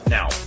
Now